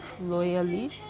loyally